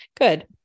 good